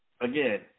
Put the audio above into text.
again